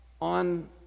On